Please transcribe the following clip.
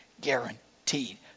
guaranteed